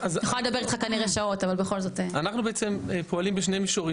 אנחנו בעצם פועלים בשני מישורים.